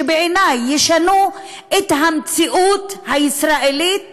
שבעיני ישנו את המציאות הישראלית